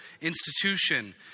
institution